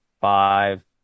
five